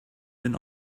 been